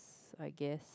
I guess